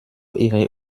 ihre